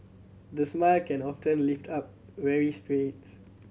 the smile can often lift up weary spirits